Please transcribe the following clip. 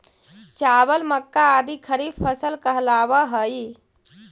चावल, मक्का आदि खरीफ फसल कहलावऽ हइ